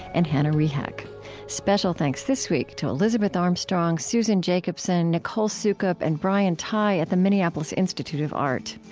and hannah rehak special thanks this week to elizabeth armstrong, susan jacobsen, nicole soukup, and brian tighe at the minneapolis institute of art.